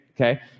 Okay